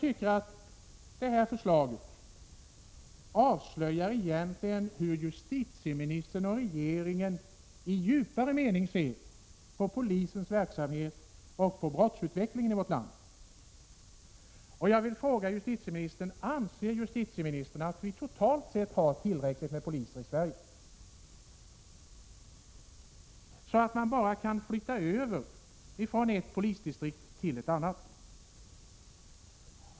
Detta förslag avslöjar egentligen hur justitieministern och regeringen i djupare mening ser på polisens verksamhet och på brottsutvecklingen i vårt land. Jag vill fråga justitieministern: Anser justitieministern att det totalt sett finns tillräckligt många poliser i Sverige, så att poliser kan flyttas över från ett polisdistrikt till ett annat?